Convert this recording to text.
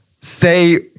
say-